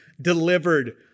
delivered